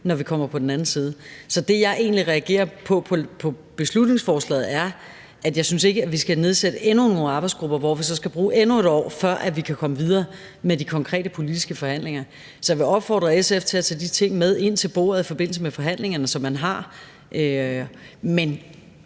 når vi kommer på den anden side. Det, jeg egentlig reagerer på ved beslutningsforslaget, er, at jeg ikke synes, vi skal nedsætte endnu nogle arbejdsgrupper, hvor vi så skal bruge endnu et år, før vi kan komme videre med de konkrete politiske forhandlinger, så jeg vil opfordre SF til at tage de ting med ind til bordet i forbindelse med forhandlingerne, som man har. Men